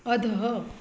अधः